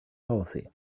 policy